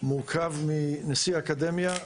מורכב מנשיא האקדמיה,